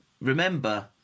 remember